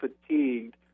fatigued